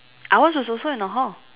ours was also in a hall